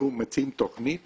מציעים תכנית